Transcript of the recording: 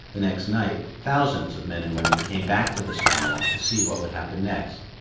the next night, thousands of men and women came back to the stonewall to see what would happen next.